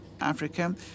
Africa